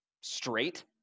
straight